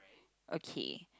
okay